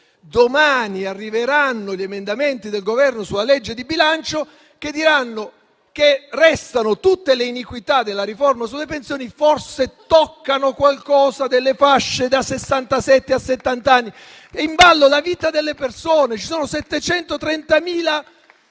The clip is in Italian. domani arriveranno gli emendamenti del Governo sulla legge di bilancio, che diranno che restano tutte le iniquità della riforma sulle pensioni, che forse toccano qualcosa delle fasce dai sessantasette a settant'anni. È in ballo la vita delle persone. Ci sono 730.000